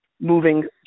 moving